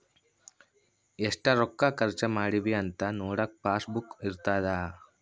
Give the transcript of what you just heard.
ಎಷ್ಟ ರೊಕ್ಕ ಖರ್ಚ ಮಾಡಿವಿ ಅಂತ ನೋಡಕ ಪಾಸ್ ಬುಕ್ ಇರ್ತದ